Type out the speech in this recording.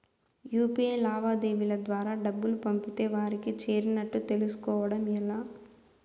UPI లావాదేవీల ద్వారా డబ్బులు పంపితే వారికి చేరినట్టు తెలుస్కోవడం ఎలా?